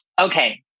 okay